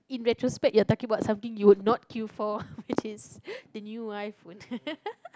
in retrospect you're talking about something you would not queue for which is the new iPhone